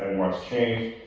what's changed?